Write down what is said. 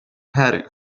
heading